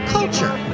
Culture